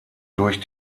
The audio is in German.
durch